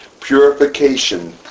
purification